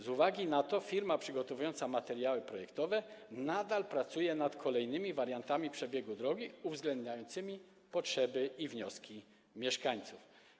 Z uwagi na to firma przygotowująca materiały projektowe nadal pracuje nad kolejnymi wariantami przebiegu drogi, uwzględniającymi potrzeby i wnioski mieszkańców.